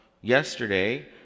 Yesterday